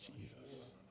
Jesus